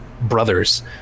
brothers